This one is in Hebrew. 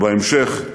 ובהמשך,